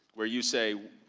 where you say,